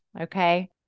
Okay